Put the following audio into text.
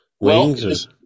wings